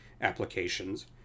applications